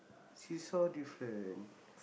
seesaw different